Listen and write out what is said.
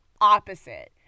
opposite